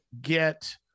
get